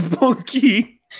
monkey